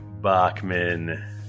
Bachman